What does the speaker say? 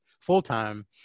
full-time